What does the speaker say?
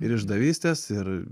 ir išdavystės ir